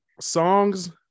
songs